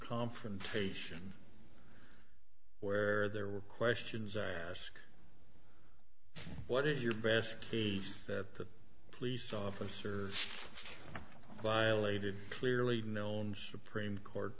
confrontation where there were questions asked what is your best case that the police officer violated clearly known supreme court